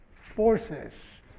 forces